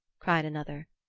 cried another.